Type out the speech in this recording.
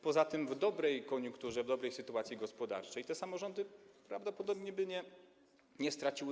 Poza tym w dobrej koniunkturze, w dobrej sytuacji gospodarczej te samorządy prawdopodobnie w ogóle by nie straciły.